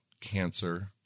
cancer